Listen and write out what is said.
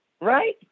right